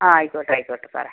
ആ ആയിക്കോട്ടെ ആയിക്കോട്ടെ സാറേ